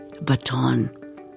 baton